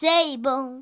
Table